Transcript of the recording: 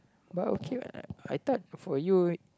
but okay what I thought for you